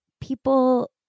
people